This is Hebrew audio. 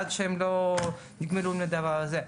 עד שהם לא נגמלו מהדבר הזה.